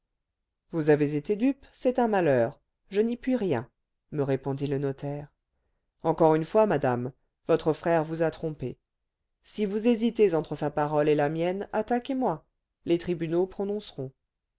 vous avez été dupe c'est un malheur je n'y puis rien me répondit le notaire encore une fois madame votre frère vous a trompée si vous hésitez entre sa parole et la mienne attaquez moi les tribunaux prononceront